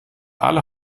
alle